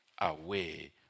away